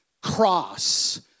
cross